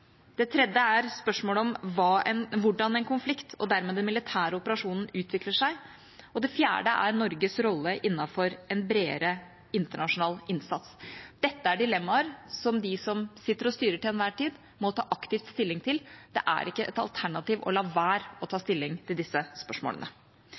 det tredje er spørsmålet om hvordan en konflikt og dermed den militære operasjonen utvikler seg, og det fjerde er Norges rolle innenfor en bredere internasjonal innsats. Dette er dilemmaer som de som til enhver tid sitter og styrer, må ta aktivt stilling til. Det er ikke et alternativ å la være å ta